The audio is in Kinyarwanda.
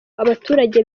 abaturage